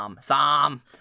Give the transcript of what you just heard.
Sam